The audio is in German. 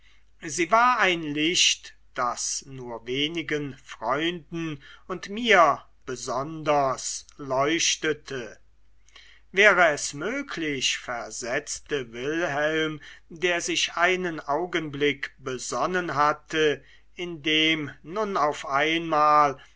sie war ein licht das nur wenigen freunden und mir besonders leuchtete wäre es möglich versetzte wilhelm der sich einen augenblick besonnen hatte indem nun auf einmal